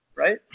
Right